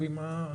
כן.